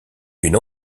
une